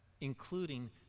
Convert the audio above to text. including